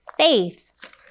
faith